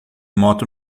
moto